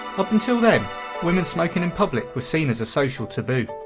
up until then women smoking in public was seen as a social taboo.